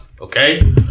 okay